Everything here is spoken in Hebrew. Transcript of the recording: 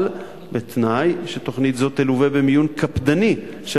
אבל בתנאי שתוכנית זו תלווה במיון קפדני של